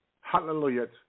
Hallelujah